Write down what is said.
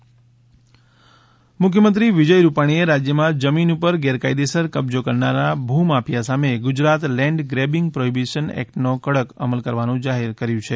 મુખ્યમંત્રી જમીન એક્ટ મુખ્યમંત્રી વિજય રૂપાણીએ રાજ્યમાં જમીન ઉપર ગેરકાયદેસર કબજો કરનારા ભૂમાફિયા સામે ગુજરાત લેન્ડ ગ્રેબિંગ પ્રોહિબીશન એક્ટનો કડક અમલ કરવાનું જાહેર કર્યું છે